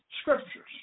scriptures